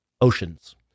oceans